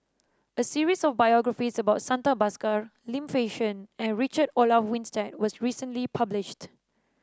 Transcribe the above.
a series of biographies about Santha Bhaskar Lim Fei Shen and Richard Olaf Winstedt was recently published